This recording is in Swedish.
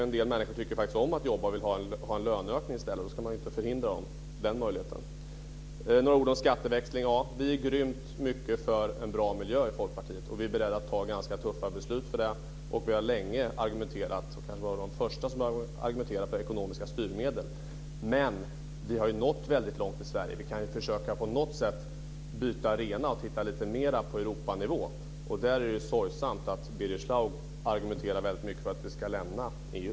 En del människor tycker faktiskt om att jobba och vill ha en löneökning i stället. Då ska man inte förvägra dem den möjligheten. Så vill jag säga några ord om skatteväxling. Vi är grymt mycket för en bra miljö i Folkpartiet. Vi är beredda att fatta ganska tuffa beslut för det. Vi har länge argumenterat för, och var kanske de första som gjorde det, ekonomiska styrmedel. Men vi har nått väldigt långt i Sverige. Vi kan ju på något sätt försöka byta arena och titta lite mer på Europanivå. Där är det sorgsamt att Birger Schlaug argumenterar så mycket för att vi ska lämna EU.